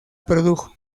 produjo